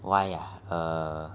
why ah err